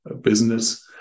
business